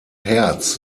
herz